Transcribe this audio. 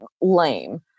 lame